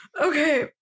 okay